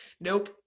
nope